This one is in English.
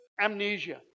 amnesia